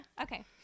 Okay